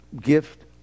gift